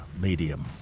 medium